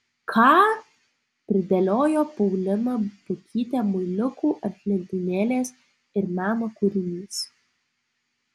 ką pridėliojo paulina pukytė muiliukų ant lentynėlės ir meno kūrinys